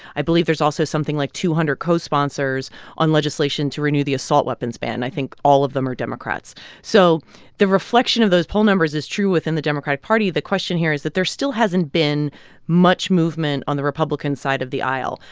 i believe there's also something, like, two hundred co-sponsors on legislation to renew the assault weapons ban. i think all of them are democrats so the reflection of those poll numbers is true within the democratic party. the question here is that there still hasn't been much movement on the republican side of the aisle.